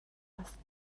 است